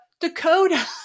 Dakota